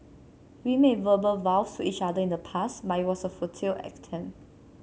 we made verbal vows to each other in the past but it was a futile attempt